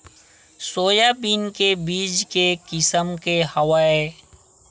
Soybean के बीज के किसम के हवय?